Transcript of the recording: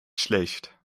schlecht